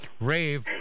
rave